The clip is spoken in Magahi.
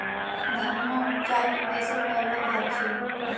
धनमा उपजाके कैसे तौलब हखिन?